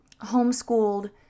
homeschooled